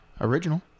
Original